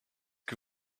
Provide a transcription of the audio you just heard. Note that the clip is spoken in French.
que